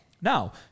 Now